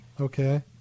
Okay